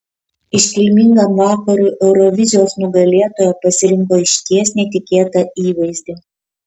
iškilmingam vakarui eurovizijos nugalėtoja pasirinko išties netikėtą įvaizdį